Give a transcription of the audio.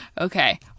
Okay